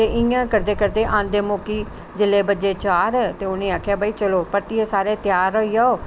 ते इयां करदे करदे आंदे मुक्की जिसले बज्जे चार उनें आखेआ भाई चलो परतियै सारे त्यार होई जाओ